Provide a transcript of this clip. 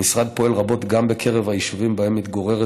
המשרד פועל רבות גם בקרב היישובים שבהם מתגוררת